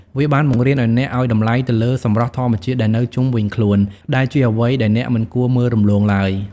វាបានបង្រៀនឱ្យអ្នកឱ្យតម្លៃទៅលើសម្រស់ធម្មជាតិដែលនៅជុំវិញខ្លួន ដែលជាអ្វីដែលអ្នកមិនគួរមើលរំលងឡើយ។